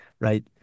right